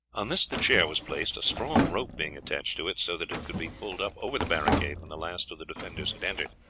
on this the chair was placed, a strong rope being attached to it so that it could be pulled up over the barricade when the last of the defenders had entered.